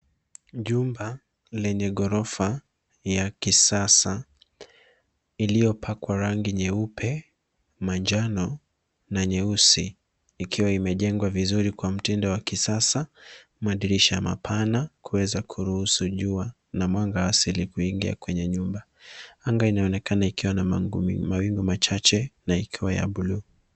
Jumba lenye ghorofa ya kisasa, lililopakwa rangi nyeupe, manjano na nyeusi. Limejengwa vizuri kwa mtindo wa kisasa, likiwa na madirisha mapana yanayoruhusu jua na mwanga wa asili kuingia ndani ya nyumba. Anga linaonekana kuwa na mawingu machache na rangi ya buluu.